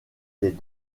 les